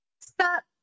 stop